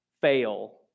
fail